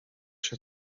się